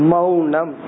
Maunam